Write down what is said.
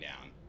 down